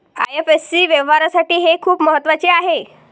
IFSC व्यवहारासाठी हे खूप महत्वाचे आहे